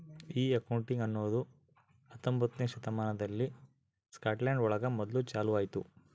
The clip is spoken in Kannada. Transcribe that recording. ಈ ಅಕೌಂಟಿಂಗ್ ಅನ್ನೋದು ಹತ್ತೊಂಬೊತ್ನೆ ಶತಮಾನದಲ್ಲಿ ಸ್ಕಾಟ್ಲ್ಯಾಂಡ್ ಒಳಗ ಮೊದ್ಲು ಚಾಲೂ ಆಯ್ತು